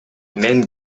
мен